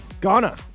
Ghana